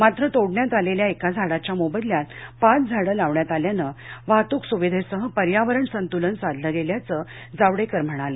मात्र तोडण्यात आलेल्या एका झाडाच्या मोबदल्यात पाच झाडे लावण्यात आल्यानं वाहतूक सुविधेसह पर्यावरण संतूलन साधले गेल्याचे जावडेकर म्हणाले